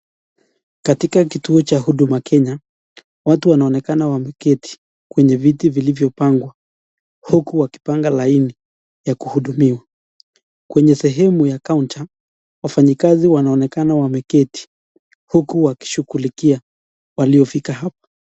Katika kituo cha huduma kenya watu wanaonekana wameketi kwenye viti vilivyopangwa huku wakipanga laini ya kuhudumiwa. Kwenye sehemu ya kaunta wafanyakazi wanaonekana wameketi huku wakishughulikia waliofika hapa.